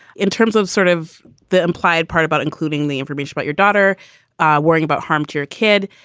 in terms of sort of the implied part about including the information about your daughter ah worrying about harm to your kid,